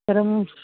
സ്ഥലം